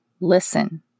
listen